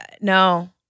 No